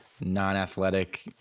non-athletic